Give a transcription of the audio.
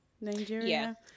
Nigeria